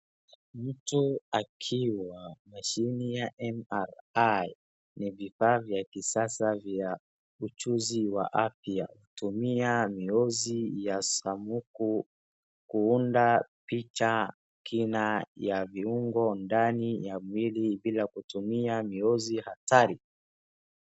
Mtu akiwa mashini ya MRI , ni vifaa vya kisasa vya ujuzi wa afya kutumia miuzi ya samuku kuunda picha kina ya viungo ndani ya mwili bila kutumia miuzi hatari.